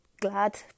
glad